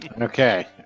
Okay